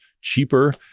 cheaper